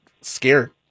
scared